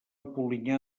polinyà